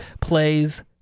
plays